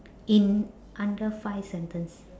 in under five sentence